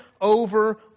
over